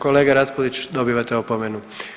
Kolega Raspudić, dobivate opomenu.